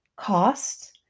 cost